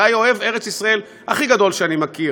אולי אוהב ארץ-ישראל הכי גדול שאני מכיר.